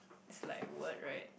it's like what right